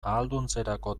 ahalduntzerako